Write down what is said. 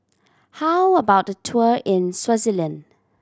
how about a tour in Swaziland